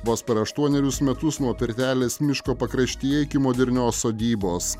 vos per aštuonerius metus nuo pirtelės miško pakraštyje iki modernios sodybos